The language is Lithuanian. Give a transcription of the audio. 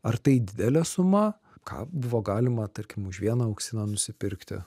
ar tai didelė suma ką buvo galima tarkim už vieną auksiną nusipirkti